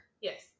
Yes